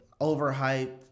overhyped